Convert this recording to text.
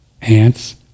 ants